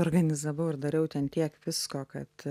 organizavau ir dariau ten tiek visko kad